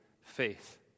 faith